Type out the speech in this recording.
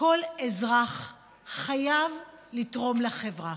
כל אזרח חייב לתרום לחברה.